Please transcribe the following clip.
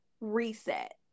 reset